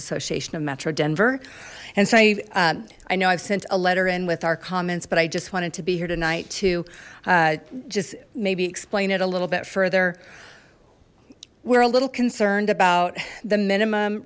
association of metro denver and so i know i've sent a letter in with our comments but i just wanted to be here tonight to just maybe explain it a little bit further we're a little concerned about the minimum